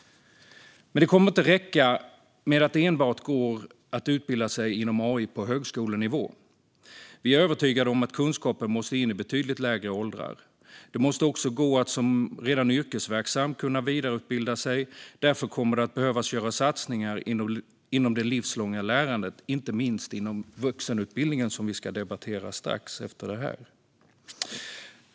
Men det kommer inte att räcka med att det enbart går att utbilda sig inom AI på högskolenivå. Vi är övertygade om att kunskapen måste in i betydligt lägre åldrar. Det måste också gå att som redan yrkesverksam kunna vidareutbilda sig. Därför kommer det att behöva göras satsningar inom det livslånga lärandet, inte minst inom vuxenutbildningen, som vi strax ska debattera.